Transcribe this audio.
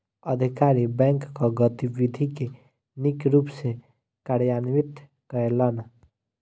अधिकारी बैंकक गतिविधि के नीक रूप सॅ कार्यान्वित कयलैन